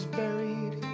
buried